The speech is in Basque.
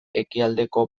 ekialdeko